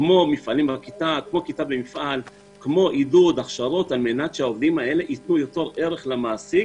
כיתה במפעל ועידוד והכשרות על מנת שהעובדים האלה יתנו יותר ערך למעסיק.